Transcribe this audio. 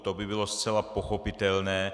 To by bylo zcela pochopitelné.